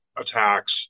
attacks